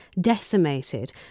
decimated